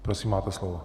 Prosím, máte slovo.